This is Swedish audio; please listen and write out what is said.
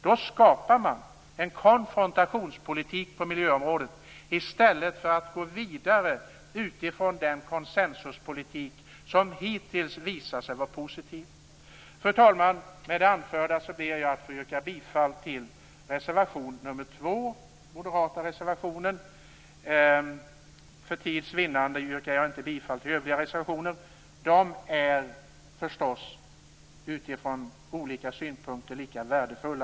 Då skapar man en konfrontationspolitik på miljöområdet i stället för att gå vidare utifrån den konsensuspolitik som hittills visat sig vara positiv. Fru talman! Med det anförda ber jag att få yrka bifall till reservation nr 2 - den moderata reservationen. För tids vinnande yrkar jag inte bifall till övriga reservationer. De är förstås utifrån olika synpunkter lika värdefulla.